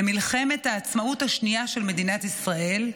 במלחמת העצמאות השנייה של מדינת ישראל,